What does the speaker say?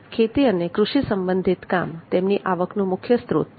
ખેતી અને કૃષિ સંબંધિત કામ તેમની આવકનું મુખ્ય સ્ત્રોત છે